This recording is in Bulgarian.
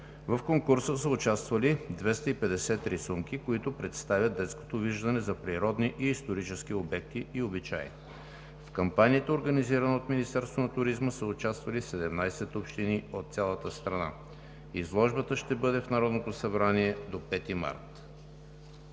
В конкурса са участвали 250 рисунки, които представят детското виждане за природни и исторически обекти и обичаи. В кампанията, организирана от Министерството на туризма, са участвали 17 общини от цялата страна. Изложбата ще бъде в Народното събрание до 5 март.